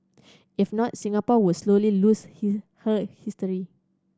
if not Singapore would slowly lose his her history